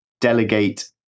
delegate